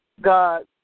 God